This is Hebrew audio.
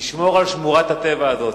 תשמור על שמורת הטבע הזאת.